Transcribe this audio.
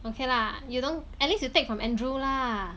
okay lah you don't at least you take from andrew lah